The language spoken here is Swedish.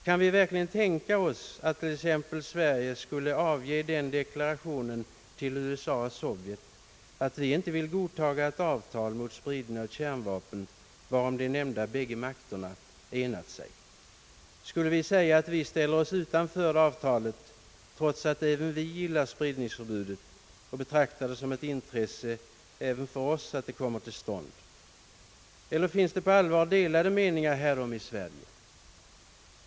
Kan vi verkligen tänka oss att t.ex. Sverige skulle avge den deklarationen till USA och Sovjet att vi inte vill godtaga ett avtal mot spridning av kärnvapen, varom de nämnda bägge makterna enat sig? Skulle vi säga att vi ställer oss utanför avtalet trots att även vi gillar spridningsförbudet och betraktar det som ett intresse även för oss att det kommer till stånd? Eller finns det på allvar delade meningar härom i Sverige?